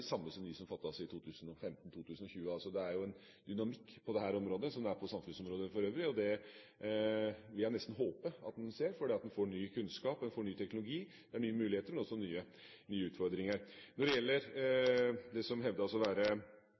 de samme som dem som fattes i 2015–2020. Det er jo en dynamikk på dette området, som det er på andre samfunnsområder. Den vil jeg nesten håpe at en ser, fordi en får ny kunnskap, en får ny teknologi. Det er nye muligheter, men det er også nye utfordringer. Til det som hevdes å være